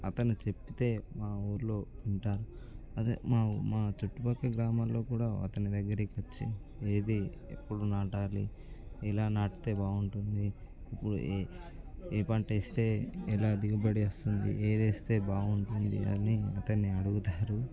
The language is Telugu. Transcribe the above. అతను చెప్పితే మా ఊరిలో వింటారు అదే మా మా చుట్టు పక్క గ్రామాలలో కూడా అతని దగ్గరికొచ్చి ఏది ఎప్పుడు నాటాలి ఎలా నాటితే బాగుంటుంది ఇపుడు ఏ ఏ పంటేస్తే ఎలా దిగుబడి వస్తుంది ఏదేస్తే బాగుంటుంది అని అతన్ని అడుగుతారు